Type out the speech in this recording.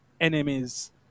enemies